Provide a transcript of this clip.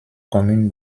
communes